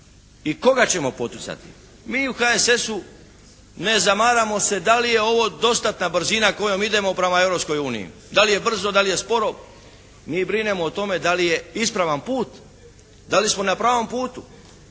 i koga ćemo poticati. Mi u HSS-u ne zamaramo se da li je ovo dostatna brzina kojom idemo prema Europskoj uniji, da li je brzo, da li je sporo. Mi brinemo o tome da li je ispravan put, da li smo na pravom putu,